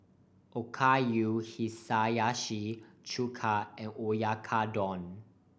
Okayu Hiyashi Chuka and Oyakodon